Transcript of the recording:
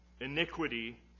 iniquity